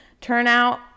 Turnout